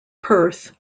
perth